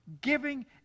Giving